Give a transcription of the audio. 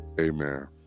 Amen